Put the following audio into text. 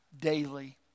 daily